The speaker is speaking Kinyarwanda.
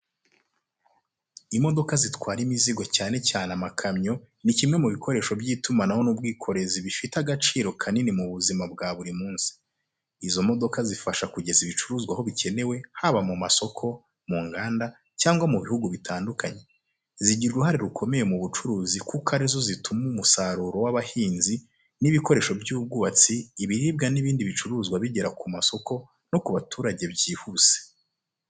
Imodoka zitwara imizigo, cyane cyane amakamyo, ni kimwe mu bikoresho by’itumanaho n’ubwikorezi bifite agaciro kanini mu buzima bwa buri munsi. Izi modoka zifasha kugeza ibicuruzwa aho bikenewe, haba mu masoko, mu nganda, cyangwa mu bihugu bitandukanye. Zigira uruhare rukomeye mu bucuruzi kuko ari zo zituma umusaruro w’abahinzi, ibikoresho by’ubwubatsi, ibiribwa, n’ibindi bicuruzwa bigera ku masoko no ku baturage byihuse.